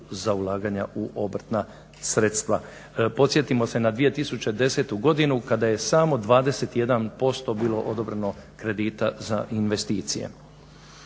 za ulaganja u obrtna sredstva. Podsjetimo se na 2010. godinu kada je samo 21% bilo odobreno kredita za investicije.